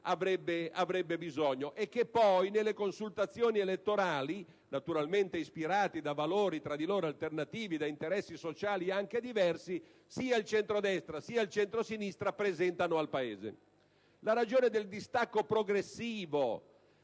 Paese ha bisogno e che poi nelle consultazioni elettorali (naturalmente ispirate da valori tra loro alternativi e da interessi sociali anche diversi) sia il centrodestra che il centrosinistra presentano al Paese. La ragione del distacco progressivo